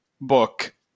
book